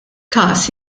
każ